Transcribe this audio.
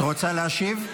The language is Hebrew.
רוצה להשיב?